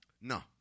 No